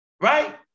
Right